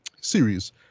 series